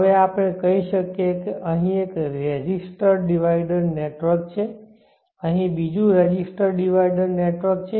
હવે આપણે કહી શકીએ કે અહીં એક રેઝિસ્ટર ડિવાઇડર નેટવર્ક છે અહીં બીજું રેઝિસ્ટર ડિવાઇડર નેટવર્ક છે